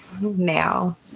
now